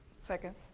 Second